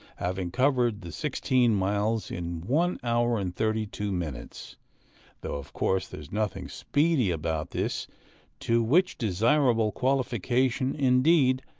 having covered the sixteen miles in one hour and thirty-two minutes though, of course, there is nothing speedy about this to which desirable qualification, indeed,